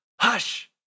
Hush